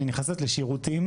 אני נכנסת לשירותים